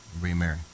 remarry